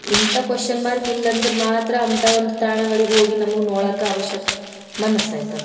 ಇಂಥ question mark ಇಲ್ಲಂದ್ರೆ ಮಾತ್ರ ಅಂತ ಒಂದು ತಾಣಗಳಿಗೆ ಹೋಗಿ ನಮಗೆ ನೋಡಾಕ ಅವಶ್ಯಕ ಮನಸ್ಸಾಯ್ತದೆ